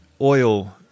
oil